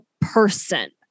person